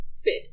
fit